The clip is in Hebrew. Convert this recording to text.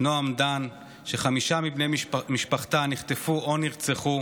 נועם דן, שחמישה מבני משפחתה נחטפו או נרצחו,